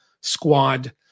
squad